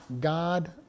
God